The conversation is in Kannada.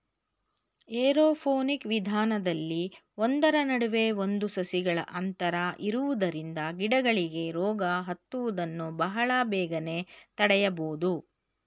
ಏರೋಪೋನಿಕ್ ವಿಧಾನದಲ್ಲಿ ಒಂದರ ನಡುವೆ ಒಂದು ಸಸಿಗಳ ಅಂತರ ಇರುವುದರಿಂದ ಗಿಡಗಳಿಗೆ ರೋಗ ಹತ್ತುವುದನ್ನು ಬಹಳ ಬೇಗನೆ ತಡೆಯಬೋದು